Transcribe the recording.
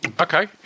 Okay